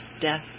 death